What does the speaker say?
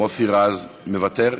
מוסי רז, מוותר?